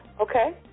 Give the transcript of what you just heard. Okay